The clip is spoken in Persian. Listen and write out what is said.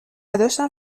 داشتم